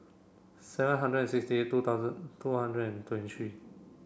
seven hundred and sixty eight two thousand two hundred and twenty three